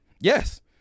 Yes